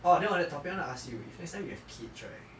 orh then on the topic I want to ask you if next time you have kids right